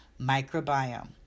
microbiome